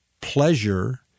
pleasure